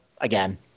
again